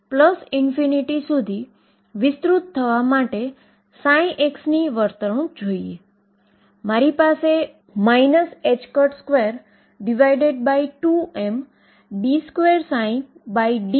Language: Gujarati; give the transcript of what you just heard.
ચાલો તો તમને હવે હું થોડી પુર્વભુમિકા આપું જો તમને વેવ પરની આપણી ચર્ચામાંથી યાદ આવે તો સ્થિર વેવ કંઈક એવા જ હતા